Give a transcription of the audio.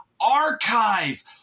archive